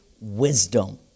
wisdom